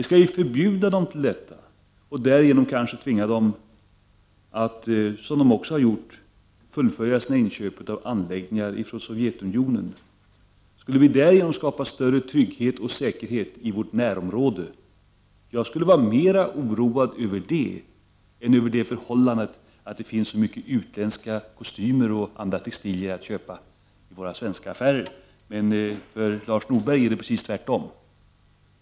Skall vi förbjuda köp av sådana anläggningar och därigenom kanske tvinga köparen att, som också har skett, köpa av Sovjetunionen? Skulle vi därigenom skapa större trygghet och säkerhet i vårt närområde? Jag skulle vara mera oroad över en sådan utveckling än över det förhållandet att det finns så mycket av kostymer och andra textilier av utländskt ursprung att köpa i våra svenska affärer. Men för Lars Norberg är det precis tvärtom.